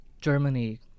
Germany